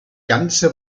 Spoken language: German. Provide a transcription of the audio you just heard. ganze